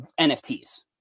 NFTs